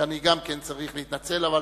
ואני גם כן צריך להתנצל, אבל